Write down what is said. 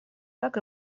так